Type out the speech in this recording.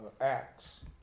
ACTS